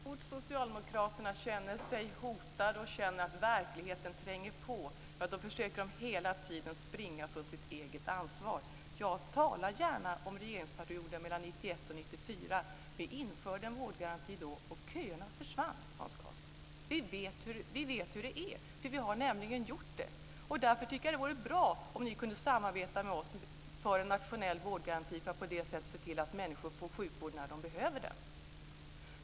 Fru talman! Så fort som socialdemokraterna känner sig hotade och finner att verkligheten tränger sig på försöker de springa ifrån sitt eget ansvar. Jag talar gärna om regeringsperioden 1991-1994. Vi införde då en vårdgaranti, och köerna försvann, Hans Karlsson. Vi vet hur det går till, för vi har nämligen gjort det. Jag tycker därför att det vore bra om ni kunde samarbeta med oss för en nationell vårdgaranti för att på det sättet se till att människor får sjukvård när de behöver det.